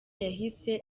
yahise